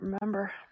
remember